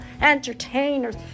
Entertainers